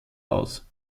aus